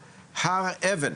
חשבונות,